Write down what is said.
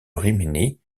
rimini